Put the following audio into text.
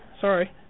Sorry